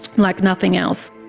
like nothing else.